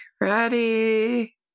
Ready